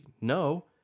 no